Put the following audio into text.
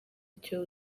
icyo